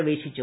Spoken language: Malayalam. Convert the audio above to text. പ്രവേശിച്ചു